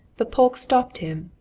but polke stopped him.